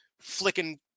flicking